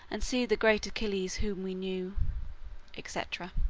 and see the great achilles whom we knew etc.